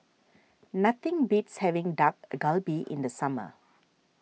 nothing beats having Dak Galbi in the summer